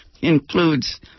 includes